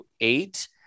eight